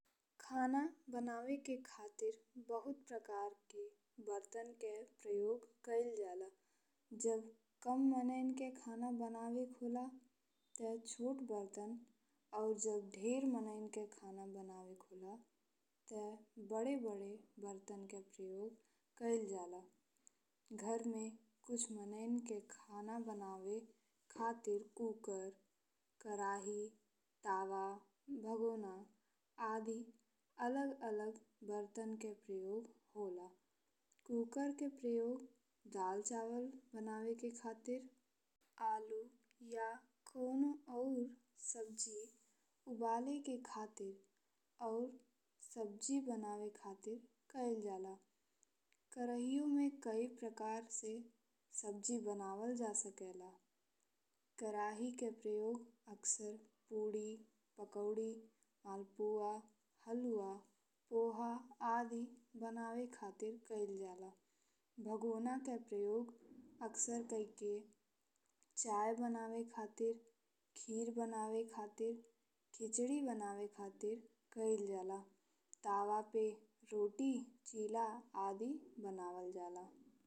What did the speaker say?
खाना बनावेके खातिर बहुत प्रकार के बर्तन के प्रयोग कइल जाला। जब कम मानेन के खाना बनावे के होला तब छोट बर्तन और जब ढेर मानेन के खाना बनावे के होला ते बड़े बड़े बर्तन के प्रयोग कइल जाला। घर में कुछ मानेन के खाना बनावे खातिर कुकर, कराही, तवा, भगोना, आदि अलग अलग बर्तन के प्रयोग होला। कुकर के प्रयोग दाल चावल बनावे के खातिर, आलू या कवनो अउर सब्जी उबाले के खातिर और सब्जी बनावे खातिर कइल जाला। कराहियो में कइ प्रकार से सब्जी बनावल जा सकेला। कराही के प्रयोग अक्सर पूड़ी, पकौड़ी, मालपुआ, हलुआ, पोहा आदि बनावे खातिर कइल जाला। भगोना के प्रयोग अक्सर चाय बनावे खातिर, खीर बनावे खातिर, खिचड़ी बनावे खातिर कइल जाला। तवे पे रोटी चीला आदि बनावल जाला।